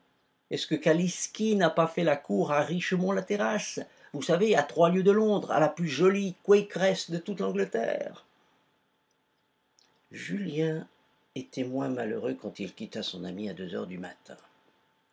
est-ce que kalisky n'a pas fait la cour à richemond la terrasse vous savez à trois lieues de londres à la plus jolie quakeresse de toute l'angleterre julien était moins malheureux quand il quitta son ami à deux heures du matin